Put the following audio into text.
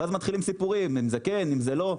ואז מתחילים סיפורים אם זה כן אם זה לא,